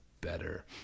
better